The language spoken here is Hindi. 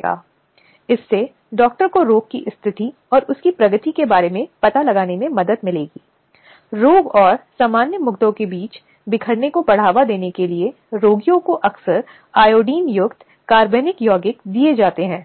भावनाओं से शर्मिंदा महिलाएं कुछ तथ्यों को छिपाने की कोशिश करती हैं न कि कुछ ऐसे तथ्यों का खुलासा करती हैं जो मामले के लिए हानिकारक हो सकते हैं